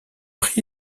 prix